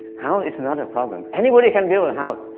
house is not a problem, anybody can build a house.